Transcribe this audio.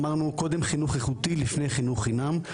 אמרנו קודם חינוך איכותי לפני חינוך חינם,